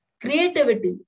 Creativity